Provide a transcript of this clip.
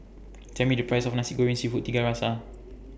Tell Me The Price of Nasi Goreng Seafood Tiga Rasa